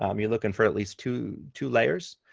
um you look in for at least two two layers,